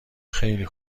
خیلی